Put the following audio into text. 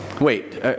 wait